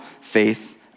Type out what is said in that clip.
faith